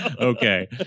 okay